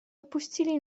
opuścili